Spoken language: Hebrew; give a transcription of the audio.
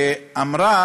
היא אמרה